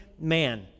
man